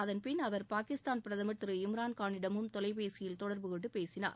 அதன்பின் அவர் பாகிஸ்தான் பிரதமர் திரு இம்ரான் கானிடமும் தொலைபேசியில் தொடர்புகொண்டு பேசினார்